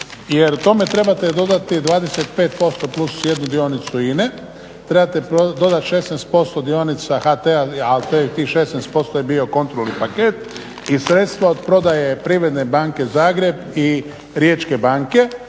tome trebate dodati 25%+1 dionicu INA-e, trebate dodati 165 dionica HT-a, a tih 16% je bio kontrolni paket i sredstva od prodaje Privredne banke Zagreb i Riječke banke